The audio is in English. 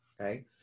okay